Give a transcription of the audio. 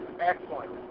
Excellent